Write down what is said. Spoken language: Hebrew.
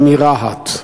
הם מרהט,